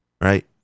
right